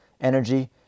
energy